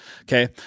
okay